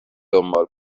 دنبال